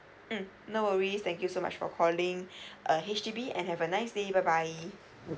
mm no worries thank you so much for calling uh H_D_B and have a nice day bye bye